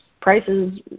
prices